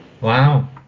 Wow